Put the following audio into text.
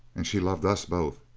and she loved us both.